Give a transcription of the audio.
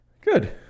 Good